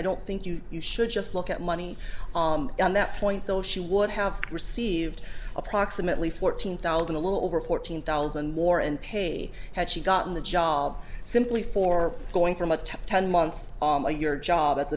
don't think you should just look at money on that point though she would have received approximately fourteen thousand a little over fourteen thousand more and pay had she gotten the job simply for going from a top ten month a year job as